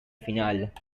final